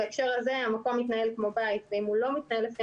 בהקשר הזה המקום מתנהל כמו בית ואם הוא לא מתנהל לפי